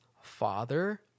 father